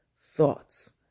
thoughts